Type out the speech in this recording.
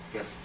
Yes